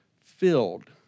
filled